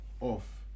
off